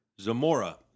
Zamora